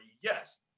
Yes